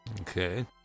Okay